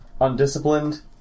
undisciplined